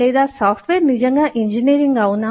లేదా సాఫ్ట్వేర్ నిజంగా ఇంజనీరింగ్ అవునా